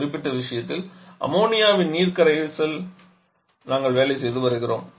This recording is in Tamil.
இந்த குறிப்பிட்ட விஷயத்தில் அம்மோனியாவின் நீர்நிலைக் கரைசலுடன் நாங்கள் வேலை செய்து வருகிறோம்